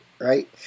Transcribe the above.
right